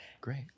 Great